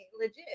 legit